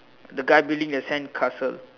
the guy building the sandcastle